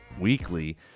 weekly